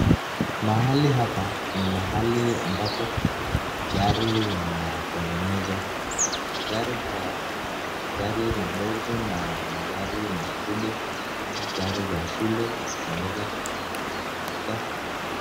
Mahali hapa ni mahali ambapo gari yanatengenezwa na magari haya magari madogo na magari makubwa kama gari za shule zinaweza kutengenezwa katika eneo hili.